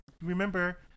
remember